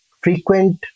frequent